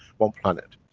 one planet.